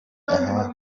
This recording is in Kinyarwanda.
ahabu